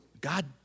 God